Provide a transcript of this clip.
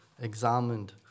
examined